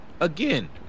Again